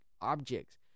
objects